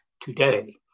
today